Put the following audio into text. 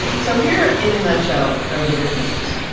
so here in a nutshell are the differences.